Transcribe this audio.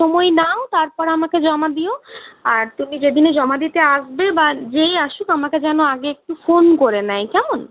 সময় নাও তারপর আমাকে জমা দিও আর তুমি যেদিনই জমা দিতে আসবে বা যেই আসুক আমাকে যেন আগে একটু ফোন করে নেয় কেমন